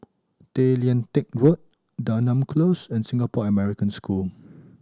Tay Lian Teck Road Denham Close and Singapore American School